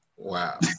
Wow